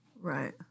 Right